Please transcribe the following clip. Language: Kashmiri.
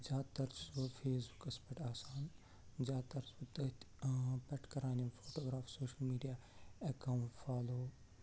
زیادٕ تَر چھُس بہٕ فیس بُکَس پٮ۪ٹھ آسان زیادٕ تَر چھُس بہٕ تٔتھۍ پٮ۪ٹھ کران یِم photographs social media account follow